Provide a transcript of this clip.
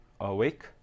awake